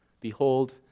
Behold